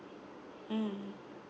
mm